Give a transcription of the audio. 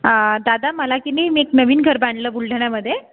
दादा मला की नाही मी क् नवीन घर बांधलं बुलढाण्यामध्ये